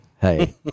hey